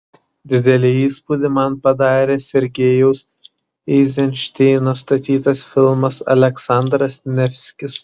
didelį įspūdį man padarė sergejaus eizenšteino statytas filmas aleksandras nevskis